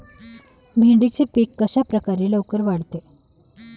भेंडीचे पीक कशाप्रकारे लवकर वाढते?